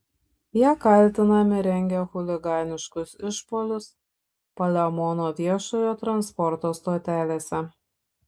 jie kaltinami rengę chuliganiškus išpuolius palemono viešojo transporto stotelėse